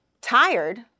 tired